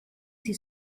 sie